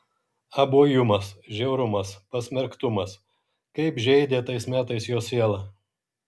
abuojumas žiaurumas pasmerktumas kaip žeidė tais metais jo sielą